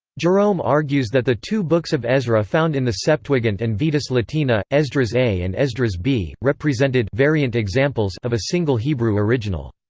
jerome argues that the two books of ezra found in the septuagint and vetus latina, esdras a and esdras b, represented variant examples of a single hebrew original.